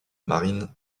marine